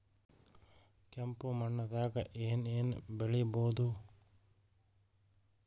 ಕೆಂಪು ಮಣ್ಣದಾಗ ಏನ್ ಏನ್ ಬೆಳಿಬೊದು?